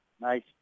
Nice